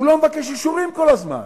הוא לא מבקש אישורים כל הזמן.